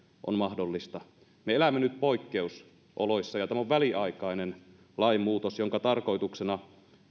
on mahdollista me elämme nyt poikkeusoloissa ja tämä on väliaikainen lainmuutos jonka tarkoituksena